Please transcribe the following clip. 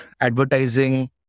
advertising